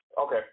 Okay